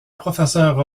professeur